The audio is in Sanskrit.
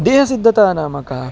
देहसिद्धता नाम का